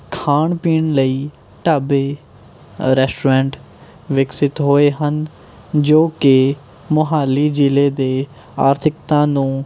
ਖਾਣ ਪੀਣ ਲਈ ਢਾਬੇ ਰੈਸਟੋਰੈਂਟ ਵਿਕਸਿਤ ਹੋਏ ਹਨ ਜੋ ਕਿ ਮੋਹਾਲੀ ਜ਼ਿਲ੍ਹੇ ਦੇ ਆਰਥਿਕਤਾ ਨੂੰ